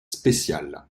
spéciales